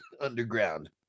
underground